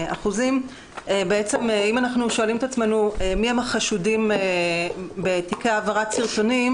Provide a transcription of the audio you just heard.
אם אנחנו שואלים מי הקורבנות,